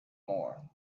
more